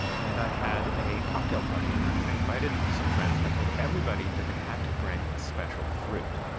and i had a cocktail party and i invited some friends. and i told everybody that they had to bring a special fruit.